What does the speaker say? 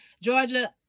Georgia